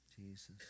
Jesus